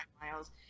miles